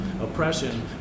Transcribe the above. oppression